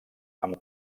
amb